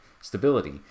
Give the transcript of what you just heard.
stability